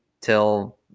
till